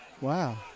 Wow